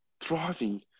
thriving